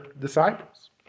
disciples